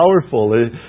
powerful